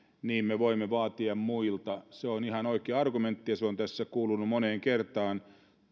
niin me voimme vaatia muilta se on ihan oikea argumentti ja se on tässä kuulunut moneen kertaan